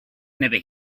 never